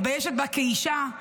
מתביישת בה כאישה.